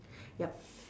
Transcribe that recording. yup